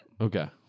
okay